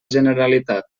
generalitat